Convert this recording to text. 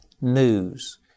news